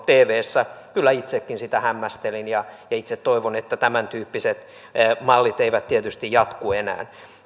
tvssä kyllä itsekin sitä hämmästelin ja itse tietysti toivon että tämäntyyppiset mallit eivät jatku enää